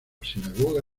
sinagoga